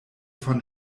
von